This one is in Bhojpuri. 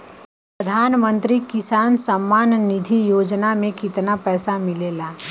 प्रधान मंत्री किसान सम्मान निधि योजना में कितना पैसा मिलेला?